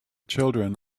children